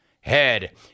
Head